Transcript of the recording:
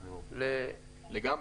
לגמרי.